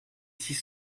six